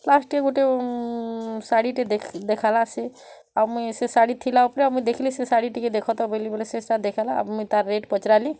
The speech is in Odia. ଲାଷ୍ଟ୍ ଗୋଟେ ଶାଢ଼ୀଟେ ଦେଖାଲା ସେ ଆଉ ମୁଇଁ ସେ ଶାଢ଼ୀ ଥିଲା ଉପରେ ଆଉ ମୁଇଁ ଦେଖଲି ସେ ଶାଢ଼ୀ ଟିକେ ଦେଖତ ବୋଇଲି ବେଲେ ସେ ସେଇଟା ଦେଖାଲା ମୁଇଁ ତାର୍ ରେଟ୍ ପଚ୍ରାଲି